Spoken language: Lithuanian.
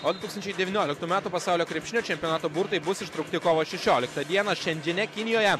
o du tūkstančiai devynioliktų metų pasaulio krepšinio čempionato burtai bus ištraukti kovo šešioliktą dieną čiandžiane kinijoje